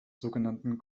sogenannten